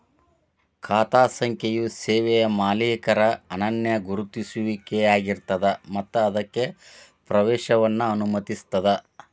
ಖಾತಾ ಸಂಖ್ಯೆಯು ಸೇವೆಯ ಮಾಲೇಕರ ಅನನ್ಯ ಗುರುತಿಸುವಿಕೆಯಾಗಿರ್ತದ ಮತ್ತ ಅದಕ್ಕ ಪ್ರವೇಶವನ್ನ ಅನುಮತಿಸುತ್ತದ